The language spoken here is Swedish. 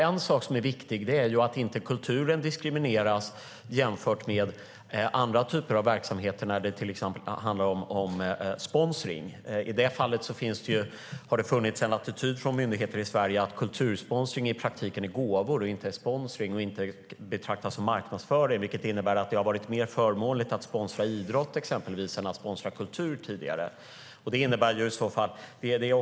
En sak som är viktig är att kulturen inte diskrimineras jämfört med andra typer av verksamheter när det till exempel handlar om sponsring. I det fallet har det funnits en attityd från myndigheter i Sverige att kultursponsring i praktiken är gåvor, inte sponsring, och betraktas alltså inte som marknadsföring. Det innebär att det tidigare har varit mer förmånligt att sponsra idrott än kultur. Det är problematiskt.